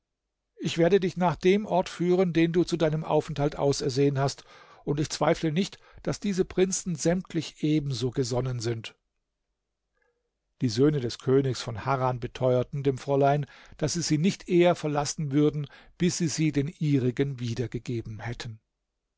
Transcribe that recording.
ich werde dich nach dem ort führen den du zu deinem aufenthalt ausersehen hast und ich zweifle nicht daß diese prinzen sämtlich ebenso gesonnen sind die söhne des königs von harran beteuerten dem fräulein daß sie sie nicht eher verlassen würden bis sie sie den ihrigen wiedergegeben hätten